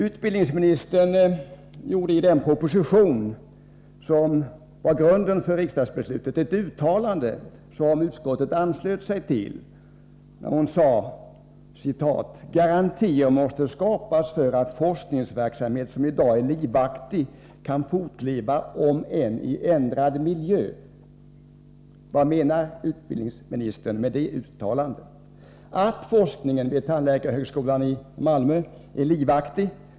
Utbildningsministern gjorde i den proposition som låg till grund för riksdagsbeslutet ett uttalande, som utskottet anslöt sig till. Utbildningsministern sade att garantier måste skapas för att forskningsverksamhet som i dag är livaktig kan fortleva, om än i ändrad miljö. Vad menar utbildningsministern med det uttalandet? Inga tvivel kan råda om att forskningen vid tandläkarhögskolan i Malmö är livaktig.